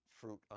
fruit